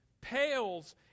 pales